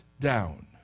down